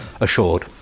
assured